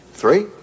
Three